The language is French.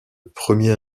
premier